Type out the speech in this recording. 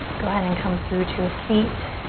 go ahead and come through to a seat.